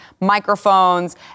microphones